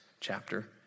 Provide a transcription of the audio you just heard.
chapter